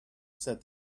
said